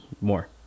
more